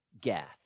Gath